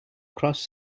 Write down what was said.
cross